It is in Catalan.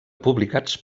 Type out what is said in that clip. publicats